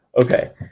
Okay